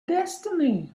destiny